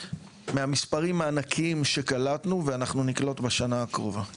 מהמספרים הענקיים שקלטנו ואנחנו נקלוט בשנה הקרובה.